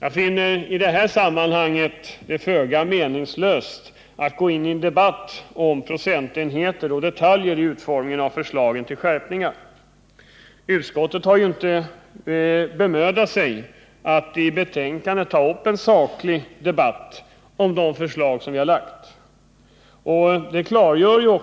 Jag finner det föga meningsfullt att nu gå in i en debatt om procentenheter och detaljer i utformningen av förslagen till skärpningar. Utskottet har inte bemödat sig om att i betänkandet ta upp en saklig debatt om de förslag som vi lagt fram, och det klargör